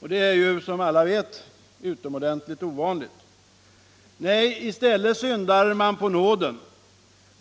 Detta är, som alla vet, utomordentligt ovanligt. Nej, i stället syndar man på nåden.